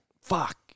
fuck